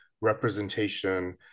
representation